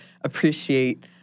appreciate